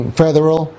federal